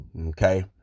Okay